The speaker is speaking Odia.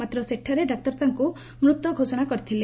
ମାତ୍ର ସେଠାରେ ଡାକ୍ତର ତାଙ୍କୁ ମୃତ ଘୋଷଣା କରିଥିଲେ